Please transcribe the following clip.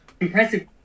Impressive